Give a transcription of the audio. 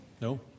No